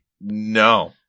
No